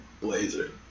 blazer